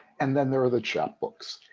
and then there are the chapbooks,